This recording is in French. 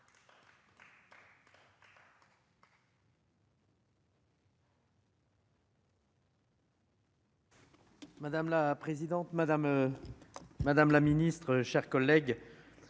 Madame la présidente, madame, madame la ministre, chers collègues,